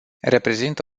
reprezintă